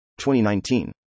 2019